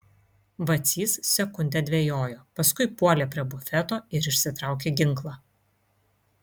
vacys sekundę dvejojo paskui puolė prie bufeto ir išsitraukė ginklą